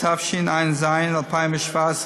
התשע"ז 2017,